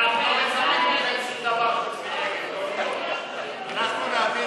ההצעה להסיר מסדר-היום את הצעת חוק לימוד